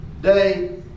day